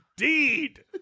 Indeed